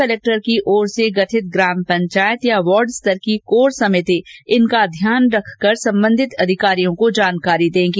collector की ओर से गठित ग्राम पंचायत या वार्ड स्तर की कोर समिति इनका ध्यान रखकर संबंधित अधिकारियों को जानकारी देंगी